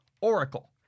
Oracle